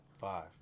Five